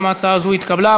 גם ההצעה הזאת התקבלה.